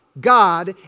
God